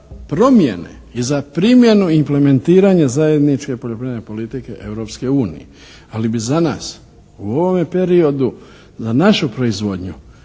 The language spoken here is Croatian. promjene i za primjenu implementiranja zajedničke poljoprivredne politike Europske unije ali bi za nas u ovome periodu za našu proizvodnju